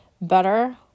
better